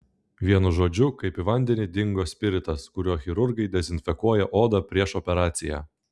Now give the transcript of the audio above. vienu žodžiu kaip į vandenį dingo spiritas kuriuo chirurgai dezinfekuoja odą prieš operaciją